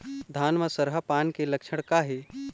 धान म सरहा पान के लक्षण का हे?